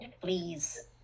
please